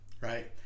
right